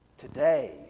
today